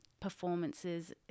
performances